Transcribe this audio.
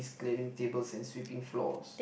clearing tables and sweeping floors